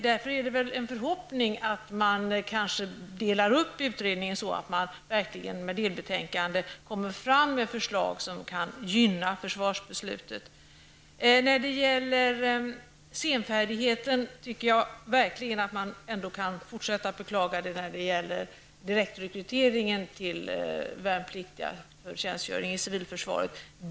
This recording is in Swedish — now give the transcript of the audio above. Därför är det en förhoppning att man delar upp utredningen, så att man med delbetänkande lämnar förslag som kan gynna försvarsbeslutet. När det gäller senfärigheten tycker jag verkligen att man ändå kan fortsätta att beklaga den när det gäller direktrekrytering av värnpliktiga för tjänstgöring i civilförsvaret.